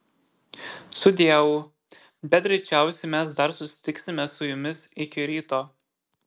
sudieu bet greičiausiai mes dar susitiksime su jumis iki ryto